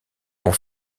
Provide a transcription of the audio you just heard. vont